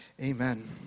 Amen